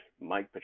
mike